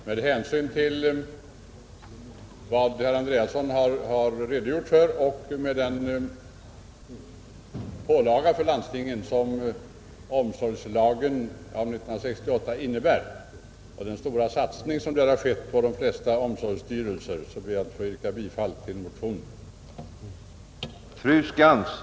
Herr talman! Med hänvisning till vad herr Andreasson här redogjort för samt med hänsyn till den pålaga för landstingen som omsorgslagen av 1968 innebär och den stora satsning som har skett på de flesta omsorgsstyrelser ber jag att få yrka bifall till reservationen.